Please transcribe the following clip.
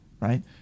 right